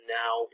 now